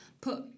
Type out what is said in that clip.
put